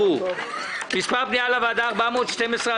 הצבעה בעד רוב נגד נמנעים פניה מס' 403 אושרה.